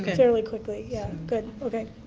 fairly quickly, yeah, good, okay.